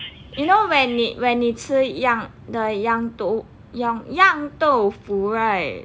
you know when 你吃 the 酿 the 酿豆酿豆腐 right